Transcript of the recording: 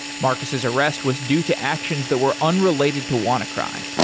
marcus's arrest was due to actions that were unrelated to wannacry.